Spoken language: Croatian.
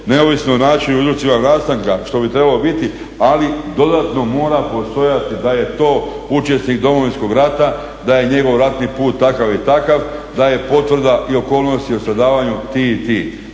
neovisno o načinu i uzrocima nastanka što bi trebalo biti, ali dodatno mora postojati da je to učesnik Domovinskog rata, da je njegov ratni put takav i takav, da je potvrda i okolnosti o stradavanju ti i ti.